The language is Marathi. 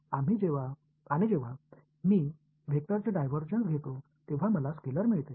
आणि जेव्हा मी वेक्टरचे डायव्हर्जन्स घेतो तेव्हा मला स्केलर मिळते